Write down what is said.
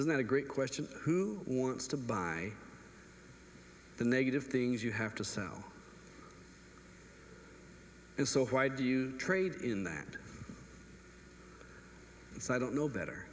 not a great question who wants to buy the negative things you have to sell and so why do you trade in that so i don't know better